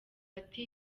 ati